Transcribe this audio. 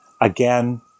Again